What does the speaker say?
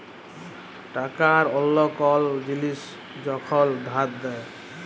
টাকা বা অল্য কল জিলিস যখল ধার দেয়